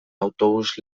autobus